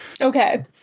Okay